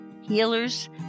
healers